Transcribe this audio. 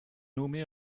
nommée